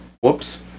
Whoops